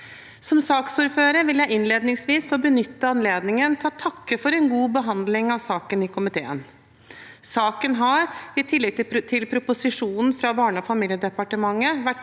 Som saksordfører vil jeg innledningsvis få benytte anledningen til å takke for en god behandling av saken i komiteen. Saken har, i tillegg til proposisjonen fra Barne- og familiedepartementet,